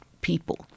people